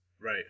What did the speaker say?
right